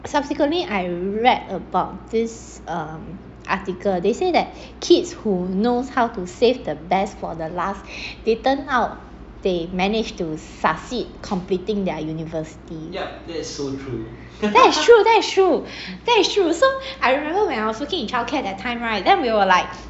subsequently I read about this um article they say that kids who knows how to save the best for the last they turn out they managed to succeed completing their university that's true that's true that's true so I remember when I was working in childcare that time right then we were like